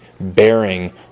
bearing